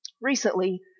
recently